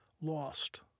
Lost